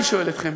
אני שואל אתכם.